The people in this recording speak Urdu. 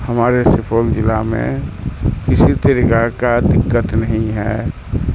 ہمارے سپول ضلع میں کسی طریقہ کا دقت نہیں ہے